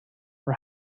her